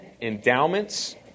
endowments